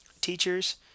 teachers